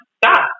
Stop